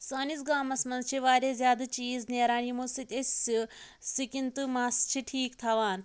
سٲنِس گامَس منٛز چھِ واریاہ زیادٕ چیٖز نیران یِمو سۭتۍ أسۍ ٲں سِکِن تہٕ مَس چھِ ٹھیٖک تھاوان